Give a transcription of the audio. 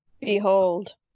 Behold